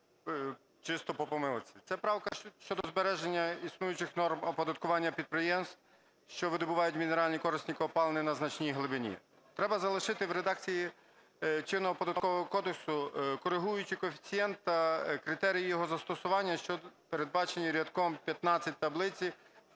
чисто по помилці. Це правка щодо збереження існуючих норм оподаткування підприємств, що видобувають мінеральні корисні копалини на значній глибині. Треба залишити в редакції чинного Податкового кодексу корегуючи коефіцієнт та критерії його застосування, що передбачені рядком 15 таблиці